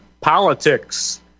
politics